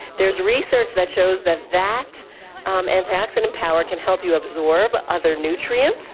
there's research that shows that that um antioxidant power can help you absorb other nutrients,